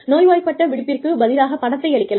நோய்வாய்ப்பட்ட விடுப்பிற்கு பதிலாக பணத்தை அளிக்கலாம்